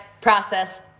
process